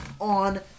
on